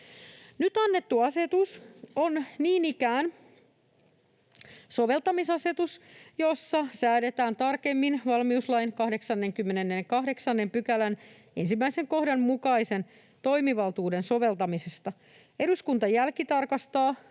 Nyt annettu asetus on niin ikään soveltamisasetus, jossa säädetään tarkemmin valmiuslain 88 §:n 1 kohdan mukaisen toimivaltuuden soveltamisesta. Eduskunta jälkitarkastaa